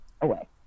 away